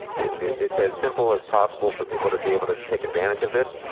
it's as simple as possible for people to be able to take advantage of this.